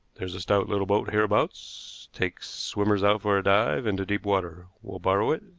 there's a stout little boat hereabouts takes swimmers out for a dive into deep water. we'll borrow it,